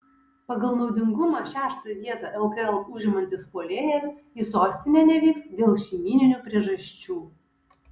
pagal naudingumą šeštą vietą lkl užimantis puolėjas į sostinę nevyks dėl šeimyninių priežasčių